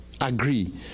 Agree